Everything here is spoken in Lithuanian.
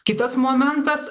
kitas momentas